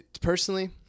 Personally